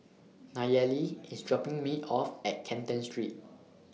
Nayeli IS dropping Me off At Canton Street